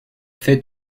fait